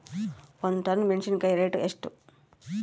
ಒಂದು ಟನ್ ಮೆನೆಸಿನಕಾಯಿ ರೇಟ್ ಎಷ್ಟು?